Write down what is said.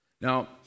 Now